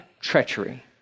treachery